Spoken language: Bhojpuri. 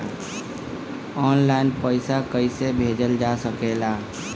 आन लाईन पईसा कईसे भेजल जा सेकला?